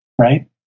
right